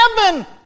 heaven